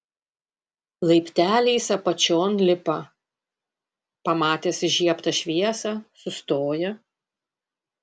laipteliais apačion lipa pamatęs įžiebtą šviesą sustoja